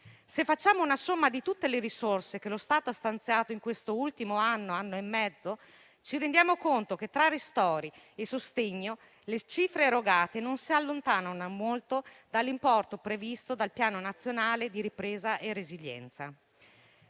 Se facciamo una somma di tutte le risorse che lo Stato ha stanziato in questo ultimo anno e mezzo, ci rendiamo conto che, tra ristori e sostegni, le cifre erogate non si allontanano molto dall'importo previsto dal Piano nazionale di ripresa e resilienza.